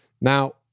Now